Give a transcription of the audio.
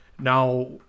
now